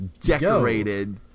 Decorated